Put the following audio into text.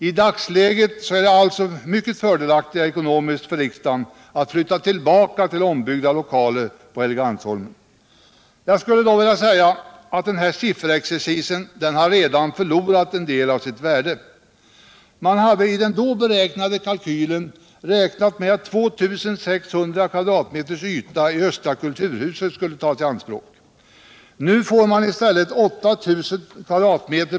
I dagsläget är det alltså ekonomiskt mycket fördelaktigare för riksdagen att flytta tillbaka till ombyggda lokaler på Helgeandsholmen. Jag skulle dock vilja säga att den här sifferexercisen redan har förlorat en del av sitt värde. Man hade i den då gjorda kalkylen räknat med att 2 600 m? yta i östra kulturhuset skulle tas i anspråk. Nu får man 8 000 m?